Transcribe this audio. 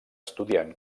estudiant